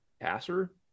passer